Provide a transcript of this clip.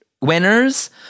winners